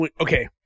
Okay